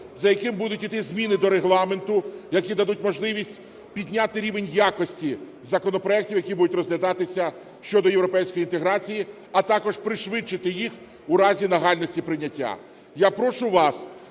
за якими будуть іти зміни до Регламенту, які дадуть можливість підняти рівень якості законопроектів, які будуть розглядатися щодо європейської інтеграції, а також пришвидшити їх у разі нагальності прийняття. Я прошу вас